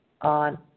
on